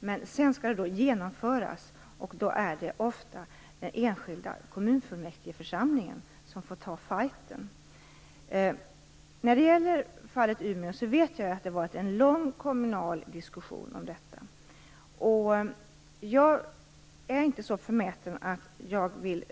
Men sedan skall det genomföras, och då är det ofta den enskilda kommunfullmäktigeförsamlingen som får ta fighten. När det gäller fallet Umeå vet jag att det har varit en lång kommunal diskussion om detta. Jag är inte så förmäten att jag vill